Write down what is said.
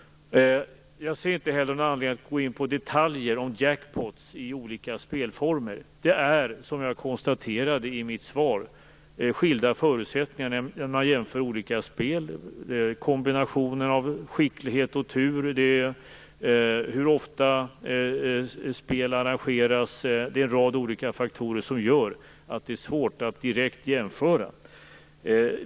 Jag ser inte heller någon anledning att gå in på detaljer om jackpoter i olika spelformer. Det är, som jag konstaterade i mitt svar, skilda förutsättningar när man jämför olika spel. Kombinationen av skicklighet och tur, hur ofta spel arrangeras och en rad andra faktorer gör att det är svårt att jämföra direkt.